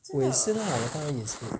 我也是啦我当然也是